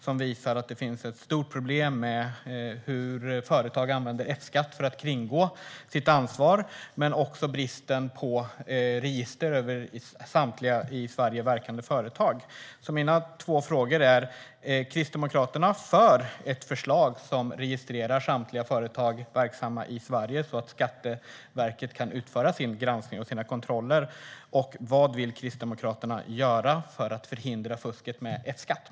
Den visar att det finns ett stort problem med hur företag använder F-skatt för att kringgå sitt ansvar men också bristen på register över samtliga i Sverige verkande företag. Mina två frågor är följande: Är Kristdemokraterna för ett förslag som registrerar samtliga företag verksamma i Sverige så att Skatteverket kan utföra sin granskning och sina kontroller? Vad vill Kristdemokraterna göra för förhindra fusket med F-skatt?